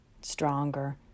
stronger